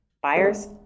buyers